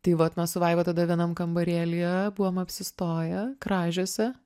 tai vat mes su vaiva tada vienam kambarėlyje buvom apsistoję kražiuose